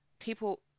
People